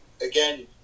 again